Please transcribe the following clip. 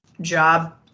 job